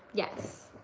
yes,